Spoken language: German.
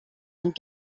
sind